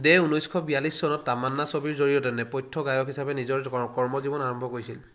দে ঊনৈছশ বিয়াল্লিছ চনত তামান্না ছবিৰ জৰিয়তে নেপথ্য গায়ক হিচাপে নিজৰ কৰ্মজীৱন আৰম্ভ কৰিছিল